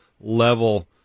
level